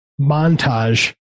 montage